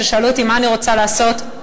כששאלו אותי מה אני רוצה לעשות,